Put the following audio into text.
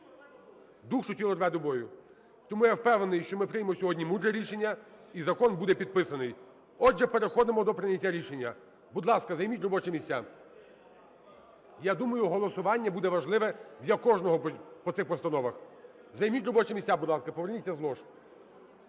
Душу, тіло рве до бою. Тому я впевнений, що ми приймемо сьогодні мудре рішення - і закон буде підписаний. Отже, переходимо до прийняття рішення. Будь ласка, займіть робочі місця. Я думаю, голосування буде важливе для кожного по цих постановах. Займіть робочі місця, будь ласка, поверніться з лож.